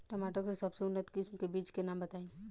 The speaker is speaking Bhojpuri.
टमाटर के सबसे उन्नत किस्म के बिज के नाम बताई?